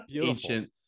Ancient